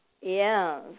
Yes